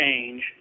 change